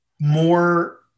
more